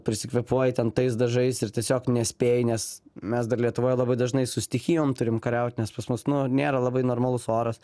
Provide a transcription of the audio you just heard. prisikvėpuoji ten tais dažais ir tiesiog nespėji nes mes dar lietuvoj labai dažnai su stichijom turim kariaut nes pas mus nu nėra labai normalus oras